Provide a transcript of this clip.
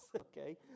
Okay